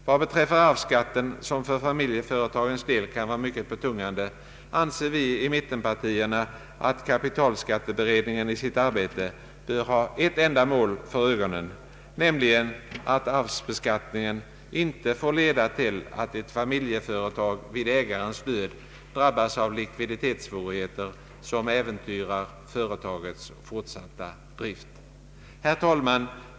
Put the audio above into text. Vad beträffar arvsskatten, som för familjeföretagens del kan vara mycket betungande, anser vi i mittenpartierna att kapitalskatteberedningen i sitt arbete bör ha ett enda mål för ögo nen, nämligen att arvsbeskattningen inte får leda till att ett familjeföretag vid ägarens död drabbas av likviditetssvårigheter som äventyrar företagets fortsatta drift. Herr talman!